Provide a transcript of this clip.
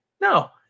no